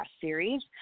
series